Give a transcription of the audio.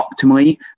optimally